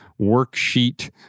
worksheet